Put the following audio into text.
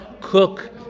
cook